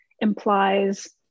implies